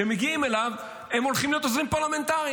וכשהם מגיעים אליו הם הולכים להיות עוזרים פרלמנטריים,